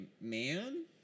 man